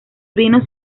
vinos